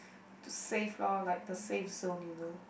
to save lor like the safe zone you know